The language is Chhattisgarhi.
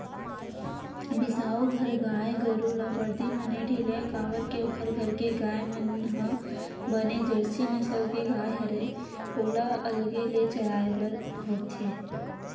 बिसाहू घर गाय गरु ल बरदी म नइ ढिलय काबर के ओखर घर के गाय मन ह बने जरसी नसल के गाय हरय ओला अलगे ले चराय बर होथे